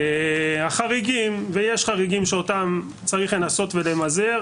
החריגים ויש חריגים שאותם צריך לנסות ולמזער